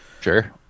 Sure